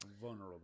Vulnerable